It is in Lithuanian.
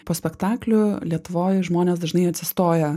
po spektaklių lietuvoj žmonės dažnai atsistoja